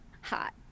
hot